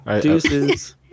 Deuces